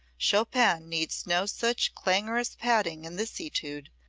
chopin needs no such clangorous padding in this etude,